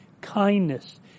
kindness